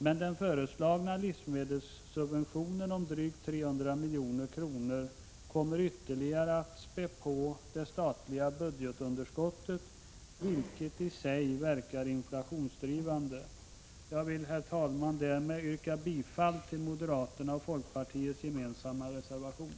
Men den föreslagna livsmedelssubventionen om drygt 300 000 milj.kr. kommer att ytterligare spä på det statliga budgetunderskottet, vilket i sig verkar inflationsdrivande. Därmed, herr talman, yrkar jag bifall till moderaternas och folkpartiets gemensamma reservation.